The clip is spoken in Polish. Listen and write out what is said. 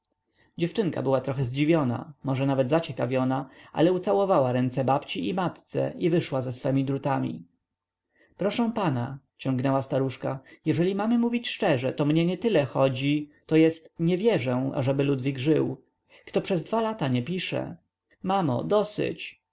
dziewczynka była trochę zdziwiona może nawet zaciekawiona ale ucałowała ręce babci i matce i wyszła ze swemi drutami proszę pana ciągnęła staruszka jeżeli mamy mówić szczerze to mnie nietyle chodzi to jest nie wierzę ażeby ludwik żył kto przez dwa lata nie pisze mamo dosyć